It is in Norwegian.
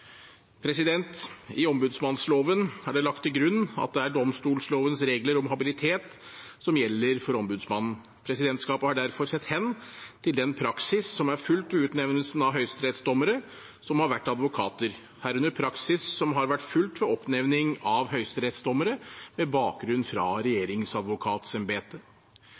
I sivilombudsmannsloven er det lagt til grunn at det er domstollovens regler om habilitet som gjelder for ombudsmannen. Presidentskapet har derfor sett hen til den praksis som er fulgt ved utnevnelsen av høyesterettsdommere som har vært advokater, herunder praksis som har vært fulgt ved oppnevning av høyesterettsdommere med bakgrunn fra